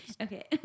Okay